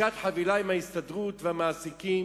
עסקת חבילה עם ההסתדרות והמעסיקים,